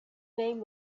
name